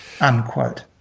unquote